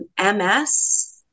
ms